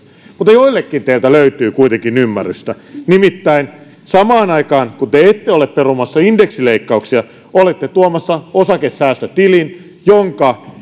mutta joillekin teiltä löytyy kuitenkin ymmärrystä nimittäin samaan aikaan kun te ette ole perumassa indeksileikkauksia olette tuomassa osakesäästötilin jonka